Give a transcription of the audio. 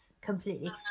completely